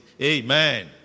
Amen